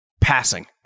Passing